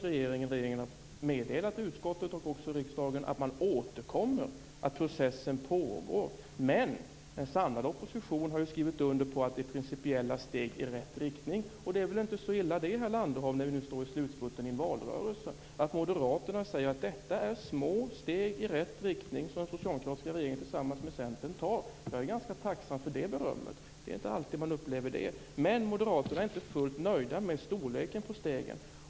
Regeringen har meddelat utskottet och även riksdagen att man återkommer, att processen pågår, men en samlad opposition har ju skrivit under på att det är principiella steg i rätt riktning. Det är väl inte så illa det, herr Landerholm, när vi nu befinner oss inför slutspurten i en valrörelse? Moderaterna säger alltså att detta är små steg i rätt riktning, som den socialdemokratiska regeringen tar tillsammans med Centern. Jag är ganska tacksam för det berömmet. Det är inte alltid man upplever det. Men moderaterna är inte fullt nöjda med storleken på stegen.